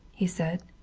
he said.